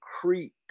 creek